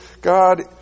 God